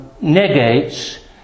negates